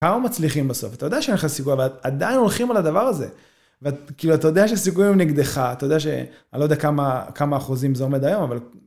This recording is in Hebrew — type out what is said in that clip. כמה מצליחים בסוף, אתה יודע שאין לך סיכוי, אבל עדיין הולכים על הדבר הזה. כאילו אתה יודע שהסיכויים נגדך, אתה יודע שלא יודע כמה אחוזים זה עומד היום, אבל...